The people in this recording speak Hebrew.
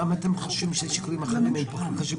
אבל למה שיקולים אחרים הם פחות --- לפחות